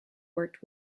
worked